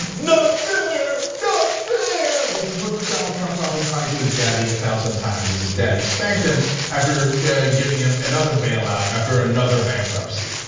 but not fair, not fair, which is what donald trump probably cried to his daddy a thousand times. as his daddy spanked him after giving him another bail out after another bankruptcy,